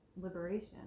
liberation